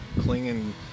clinging